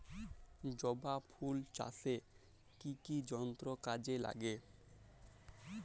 জবা ফুল চাষে কি কি যন্ত্র কাজে লাগে?